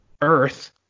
Earth